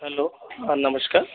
hello हां नमश्कार